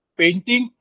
painting